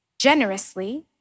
generously